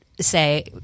say